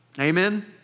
Amen